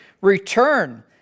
return